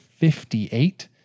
58